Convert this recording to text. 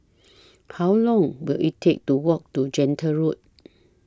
How Long Will IT Take to Walk to Gentle Road